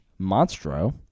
Monstro